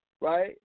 Right